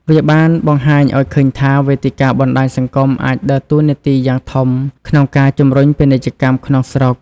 វាបានបង្ហាញឱ្យឃើញថា វេទិកាបណ្តាញសង្គមអាចដើរតួនាទីយ៉ាងធំក្នុងការជំរុញពាណិជ្ជកម្មក្នុងស្រុក។